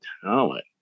talent